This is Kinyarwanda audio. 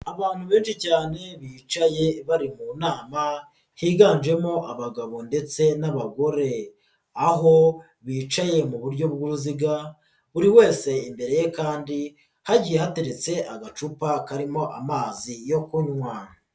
Abantu benshi cyane bicaye bari mu nama, higanjemo abagabo ndetse n'abagore, aho bicaye mu buryo bw'uruziga, buri wese imbere ye kandi hagiye hateretse agacupa karimo amazi yo kunywa.